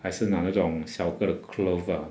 还是拿那种小个的 cloth ah